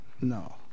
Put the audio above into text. No